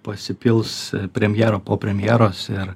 pasipils premjero po premjeros ir